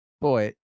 boy